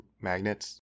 magnets